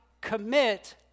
commit